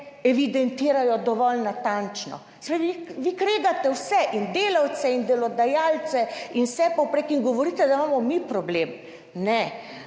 evidentirajo dovolj natančno. Se pravi, vi kregate vse, in delavce in delodajalce in vse povprek in govorite, da imamo mi problem. Ne,